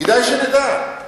כדאי שנדע,